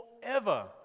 forever